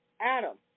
Adam